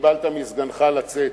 שקיבלת מסגנך, לצאת.